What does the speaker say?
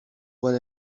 what